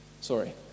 Sorry